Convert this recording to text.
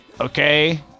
okay